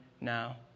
now